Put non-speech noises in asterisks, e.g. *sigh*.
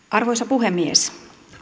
*unintelligible* arvoisa puhemies